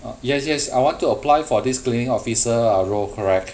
uh yes yes I want to apply for this cleaning officer ah role correct